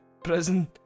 prison